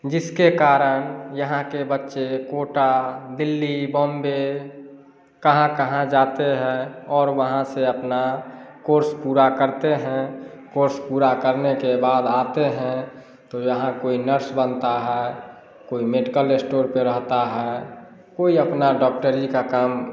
जिसके कारण यहाँ के बच्चे कोटा दिल्ली बॉम्बे कहाँ कहाँ जाते हैं और वहाँ से अपना कोर्स पूरा करते हैं कोर्स पूरा करने के बाद आते हैं तो यहाँ कोई नर्स बनता है कोई मेडिकल इस्टोर पर रहता है कोई अपना डॉक्टरी का काम